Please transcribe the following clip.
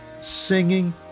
singing